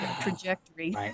trajectory